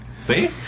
See